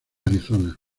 arizona